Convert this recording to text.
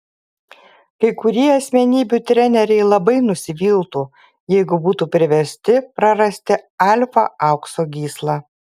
kai kurie asmenybių treneriai labai nusiviltų jeigu būtų priversti prarasti alfa aukso gyslą